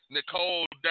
Nicole